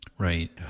Right